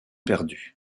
perdu